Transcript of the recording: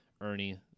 Ernie